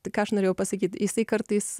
tai ką aš norėjau pasakyt jisai kartais